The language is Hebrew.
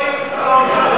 אנחנו לא רואים את שר האוצר,